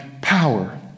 power